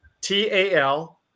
T-A-L